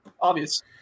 obvious